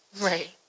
Right